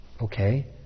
Okay